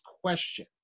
question